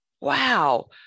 wow